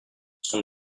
son